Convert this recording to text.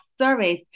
service